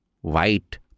white